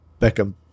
Beckham